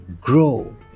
Grow